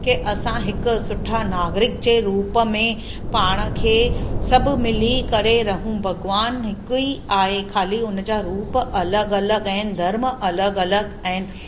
के असां हिकु सुठा नागरिक जे रूप में पाण खे सभु मिली करे रहूं भॻवानु हिक ई आहे खाली हुन जा रूप अलॻि अलॻि आहिनि धर्म अलॻि अलॻि आहिनि